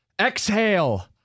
Exhale